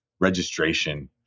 registration